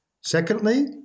Secondly